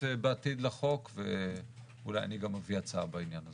בעתיד לחוק ואולי אני גם אביא הצעה בעניין הזה,